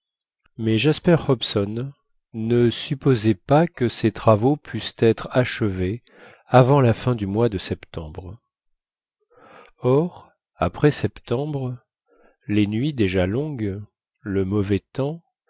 mais jasper hobson ne supposait pas que ces travaux pussent être achevés avant la fin du mois de septembre or après septembre les nuits déjà longues le mauvais temps